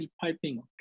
piping